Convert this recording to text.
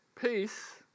Peace